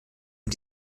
mit